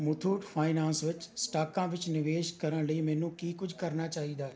Muthoot finance ਵਿੱਚ ਸਟਾਕਾਂ ਵਿੱਚ ਨਿਵੇਸ਼ ਕਰਨ ਲਈ ਮੈਨੂੰ ਕੀ ਕੁਝ ਕਰਨਾ ਚਾਹੀਦਾ ਹੈ